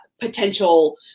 potential